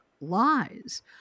lies